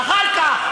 אחר כך.